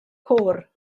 côr